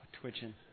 twitching